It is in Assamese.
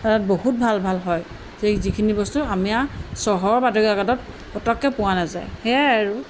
বহুত ভাল ভাল হয় সেই যিখিনি বস্তু আমাৰ চহৰৰ বাতৰিকাকতত পটককৈ পোৱা নাযায় সেয়াই আৰু